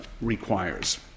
requires